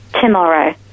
tomorrow